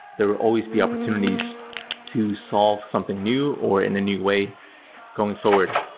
there will always be opportunities to solve something new or in a new way going forward.